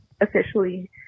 officially